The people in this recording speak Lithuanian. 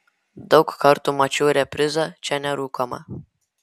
daug kartų mačiau reprizą čia nerūkoma